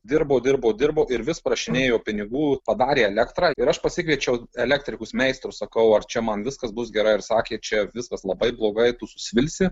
dirbo dirbo dirbo ir vis prašinėjo pinigų padarė elektrą ir aš pasikviečiau elektrikus meistrus sakau ar čia man viskas bus gerai ir sakė čia viskas labai blogai tu susvilsi